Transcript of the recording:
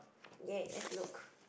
!yay! let's look